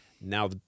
Now